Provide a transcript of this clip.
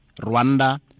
Rwanda